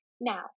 Now